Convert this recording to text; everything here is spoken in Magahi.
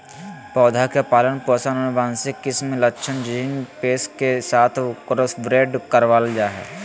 पौधा के पालन पोषण आनुवंशिक किस्म लक्षण जीन पेश के साथ क्रॉसब्रेड करबाल जा हइ